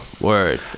Word